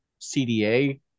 CDA